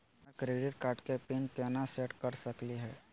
हमर credit card के pin केना सेट कर सकली हे?